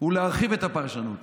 להרחיב את הפרשנות